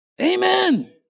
Amen